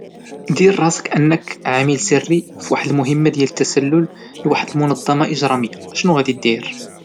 دير راسك أنك عميل سري فواحد المهمة ديال التسلل فواحد المنظمة اجرامية، شنو غادي دير؟